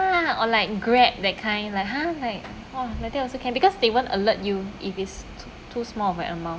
ya or like grab that kind like !huh! like !wah! like that also can because they won't alert you if it's too too small of an amount